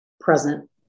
present